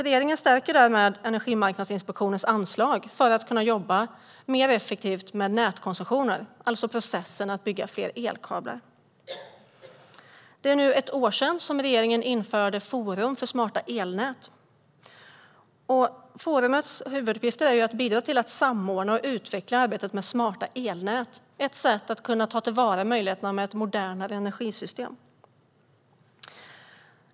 Regeringen stärker därför Energimarknadsinspektionens anslag för att myndigheten ska kunna jobba mer effektivt med nätkoncessioner, alltså processen för byggandet av fler elkablar. Det är nu ett år sedan regeringen införde Forum för smarta elnät. Forumets huvuduppgift är att bidra till att samordna och utveckla arbetet mot smartare elnät i Sverige - ett sätt att kunna ta till vara möjligheterna med ett modernare energisystem.